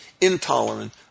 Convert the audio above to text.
intolerant